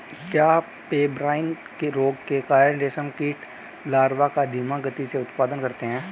क्या पेब्राइन रोग के कारण रेशम कीट लार्वा का धीमी गति से उत्पादन करते हैं?